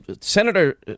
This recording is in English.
Senator